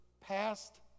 passed